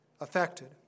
affected